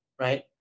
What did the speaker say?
right